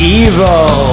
evil